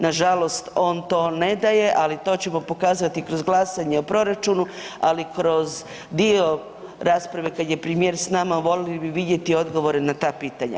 Nažalost on to ne daje, ali to ćemo pokazati kroz glasanje o proračunu, ali kroz dio rasprave kada je premijer s nama voljeli bi vidjeti odgovore na ta pitanja.